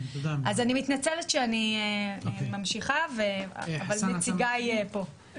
אני מתנצלת שאני ממשיכה אבל נציגיי פה.